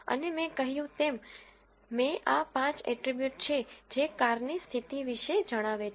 અને મેં કહ્યું તેમ મેં આ 5 એટ્રીબ્યુટ છે જે કારની સ્થિતિ વિશે જણાવે છે